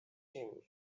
him